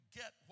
get